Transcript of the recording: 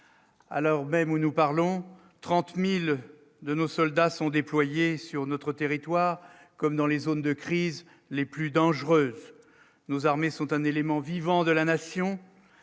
l'heure même où nous parlons, 30 1000 de nos soldats sont déployés sur notre territoire, comme dans les zones de crises les plus dangereuses, nos armées sont un élément vivant de la nation